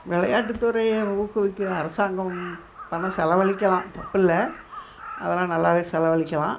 விளையாட்டுத்துறைய ஊக்குவிக்க அரசாங்கம் பணம் செலவழிக்கலாம் தப்பில்லை அதெல்லாம் நல்லாவே செலவழிக்கலாம்